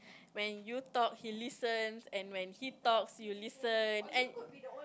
when you talk he listens and when he talks you listen and